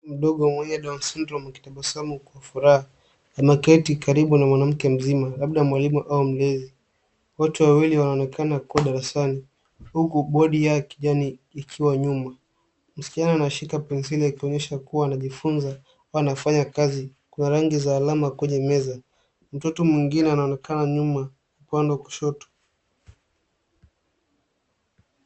Mdogo wenye down's syndrome akitabasamu kwa furaha. Ameketi karibu na mwanamke mzima labda mwalimu au mlezi. Wote wawili wanaonekana kuwa darasani huku bodi ya kijani ikiwa nyuma. Msichana nashika penseli akionyesha kuwa anajifunza au anafanya kazi. Kuna rangi za alama kwenye meza. Mtoto mwengine anaonekana nyuma upande wa kushoto.